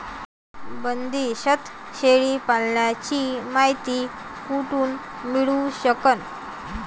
बंदीस्त शेळी पालनाची मायती कुठून मिळू सकन?